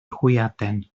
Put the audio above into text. hwyaden